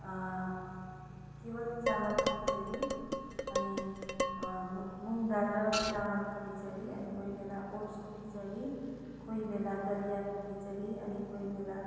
केवल चामलको खिचडी अनि मुङ दाल र चामलको खिचडी अनि कोही बेला ओट्सको खिचडी कोही बेला दलियाको खिचडी अनि कोही बेला